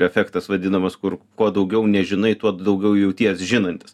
efektas vadinamas kur kuo daugiau nežinai tuo daugiau jauties žinantis